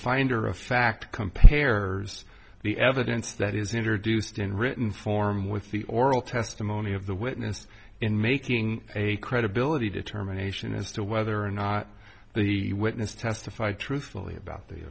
finder of fact compare the evidence that is introduced in written form with the oral testimony of the witness in making a credibility determination as to whether or not the witness testified truthfully about th